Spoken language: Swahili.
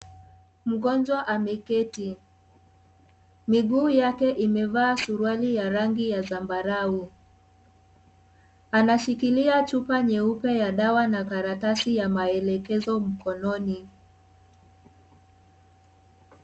Mgonjwa ameketi miguu yake imevaa suruali ya rangi ya zambarau anashikilia chupa nyeupe ya dawa na karatasi ya maelekezo mkononi.